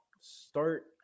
start